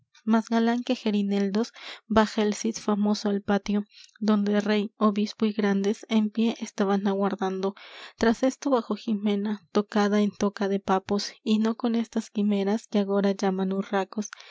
más galán que gerineldos baja el cid famoso al patio donde rey obispo y grandes en pié estaban aguardando tras esto bajó jimena tocada en toca de papos y no con estas quimeras que agora llaman hurracos